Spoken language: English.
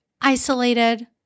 isolated